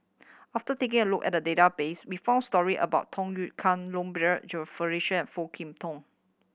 after taking a look at the database we found story about Tham Yui Kai Low Jimenez Felicia and Foo Kwee Horng